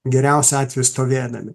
geriausiu atveju stovėdami